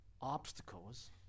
obstacles